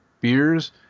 beers